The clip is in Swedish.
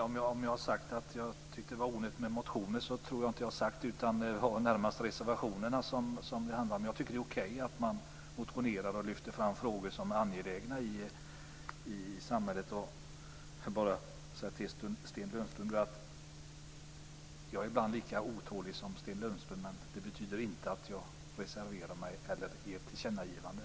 Fru talman! Jag tror inte att jag har sagt att jag tyckte att det var onödigt med motioner. Det är närmast reservationerna det handlar om. Jag tycker att det är okej att man motionerar och lyfter fram frågor som är angelägna i samhället. Jag är ibland lika otålig som Sten Lundström. Men det betyder inte att jag reserverar mig eller ger tillkännagivanden.